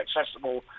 accessible